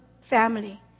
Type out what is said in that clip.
family